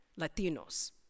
Latinos